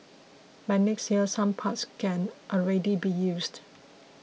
by next year some parts can already be used